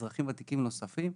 אזרחים ותיקים אחרים,